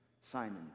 simon